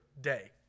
day